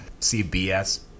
CBS